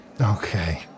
okay